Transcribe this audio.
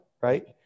right